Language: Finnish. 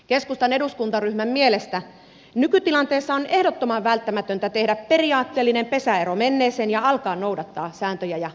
keskustan eduskuntaryhmän mielestä nykytilanteessa on ehdottoman välttämätöntä tehdä periaatteellinen pesäero menneeseen ja alkaa noudattaa sääntöjä ja sopimuksia